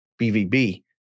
BVB